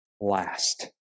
last